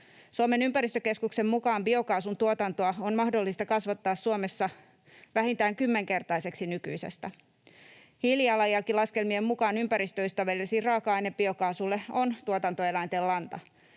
Suomen ympäristökeskuksen mukaan biokaasun tuotantoa on mahdollista kasvattaa Suomessa vähintään kymmenkertaiseksi nykyisestä. Hiilijalanjälkilaskelmien mukaan ympäristöystävällisin raaka-aine biokaasulle on tuotantoeläinten lanta.